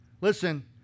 Listen